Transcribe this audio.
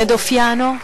נדוף יאנו,